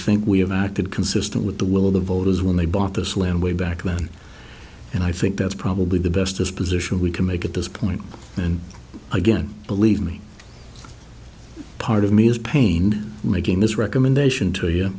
think we have acted consistent with the will of the voters when they bought us land way back when and i think that's probably the best this position we can make at this point and again believe me part of me is pained making this recommendation to y